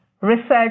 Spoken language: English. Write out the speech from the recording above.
research